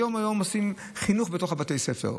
היום עושים חינוך בתוך בתי הספר,